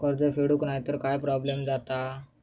कर्ज फेडूक नाय तर काय प्रोब्लेम जाता?